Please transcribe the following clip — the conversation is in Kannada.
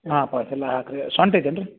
ಹಾಂ ಪಾವ್ ಕಿಲೋ ಹಾಕಿರಿ ಸೊಂಟ್ ಐತನ್ರೀ